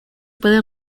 puede